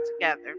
together